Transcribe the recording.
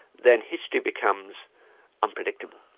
then history becomes unpredicting.